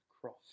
cross